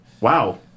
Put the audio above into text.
Wow